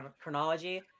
chronology